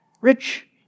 Rich